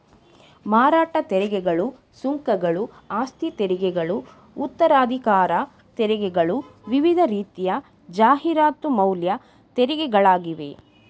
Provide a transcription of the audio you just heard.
ಮಾರಾಟ ತೆರಿಗೆಗಳು, ಸುಂಕಗಳು, ಆಸ್ತಿತೆರಿಗೆಗಳು ಉತ್ತರಾಧಿಕಾರ ತೆರಿಗೆಗಳು ವಿವಿಧ ರೀತಿಯ ಜಾಹೀರಾತು ಮೌಲ್ಯ ತೆರಿಗೆಗಳಾಗಿವೆ